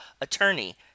Attorney